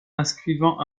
inscrivant